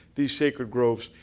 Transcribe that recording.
these sacred groves,